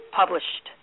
published